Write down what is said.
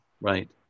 Right